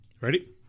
ready